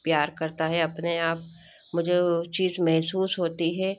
प्यार करता है अपने आप मुझे वो चीज महसूस होती है